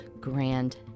Grand